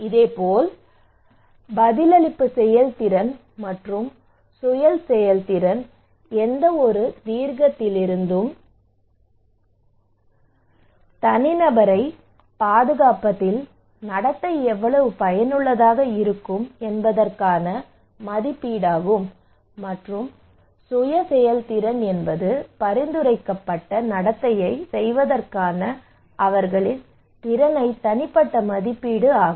இதேபோல் பதிலளிப்பு செயல்திறன் மற்றும் சுய செயல்திறன் எந்தவொரு தீங்கிலிருந்தும் தனிநபரைப் பாதுகாப்பதில் நடத்தை எவ்வளவு பயனுள்ளதாக இருக்கும் என்பதற்கான மதிப்பீடாகும் மற்றும் சுய செயல்திறன் என்பது பரிந்துரைக்கப்பட்ட நடத்தையைச் செய்வதற்கான அவர்களின் திறனை தனிப்பட்ட மதிப்பீடு ஆகும்